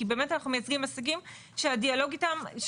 כי באמת אנחנו מייצגים עסקים שהדיאלוג איתם,